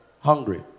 hungry